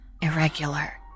irregular